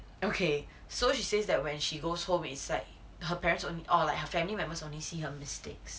okay so she says that when she goes home inside her parents or that her family members only see her mistakes